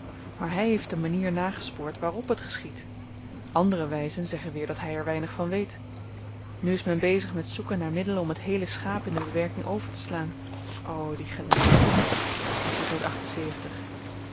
maar hy heeft de manier nagespoord waarp het geschiedt andere wyzen zeggen weer dat hy er weinig van weet nu is men bezig met zoeken naar middelen om t heele schaap in de bewerking overteslaan o die geleerden